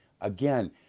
again